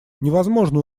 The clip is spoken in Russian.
невозможно